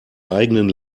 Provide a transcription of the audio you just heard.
eigenen